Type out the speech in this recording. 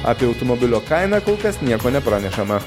apie automobilio kainą kol kas nieko nepranešamą